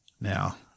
Now